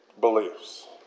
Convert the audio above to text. beliefs